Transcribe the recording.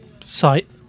site